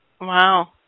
Wow